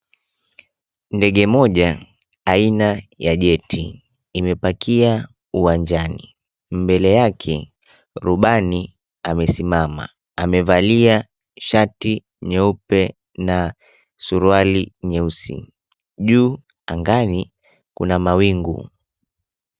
Ndege moja ina ya jeti imepakia uwanjani. Mbele yake rubani amesimama. Amevalia shati nyeupe na suruali nyeusi. Juu angani kuna mawingu.